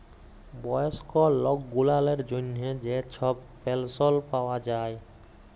বয়স্ক লক গুলালের জ্যনহে যে ছব পেলশল পাউয়া যায়